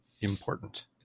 important